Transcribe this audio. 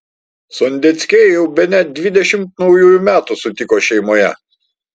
sondeckiai jau bene dvidešimt naujųjų metų sutiko šeimoje